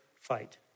fight